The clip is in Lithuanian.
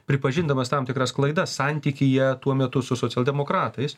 pripažindamas tam tikras klaidas santykyje tuo metu su socialdemokratais